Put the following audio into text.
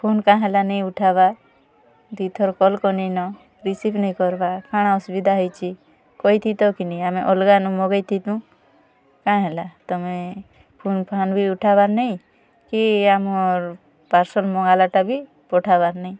phone କାଁ ହେଲା ନେଇ ଉଠାବାର୍ ଦୁଇ ଥର୍ କଲ୍ କଲିନ ରିସିଭ୍ ନେଇ କର୍ବା କାଣା ଅସୁବିଧା ହେଇଛି କହିଥିତ କିନି ଆମେ ଅଲ୍ଗାନୁ ମାଗେଥିତୁ କାଁ ହେଲା ତମେ ଫୋନ୍ ଫାନ୍ ବି ଉଠାବାର୍ ନାଇଁ କି ଆମର୍ ପାର୍ସଲ୍ ମଗାଲାଟା ବି ପଠାବାର୍ ନାଇଁ